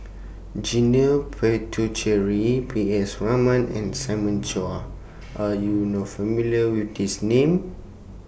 Janil Puthucheary P S Raman and Simon Chua Are YOU not familiar with These Names